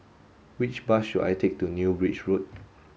which bus should I take to New Bridge Road